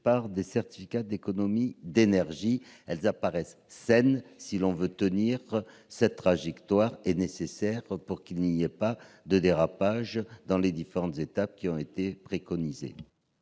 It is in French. par des certificats d'économies d'énergie. Elles paraissent saines si l'on veut tenir cette trajectoire, et nécessaires pour qu'il n'y ait pas de dérapage dans les étapes successives qui ont été prévues.